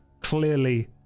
Clearly